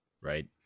right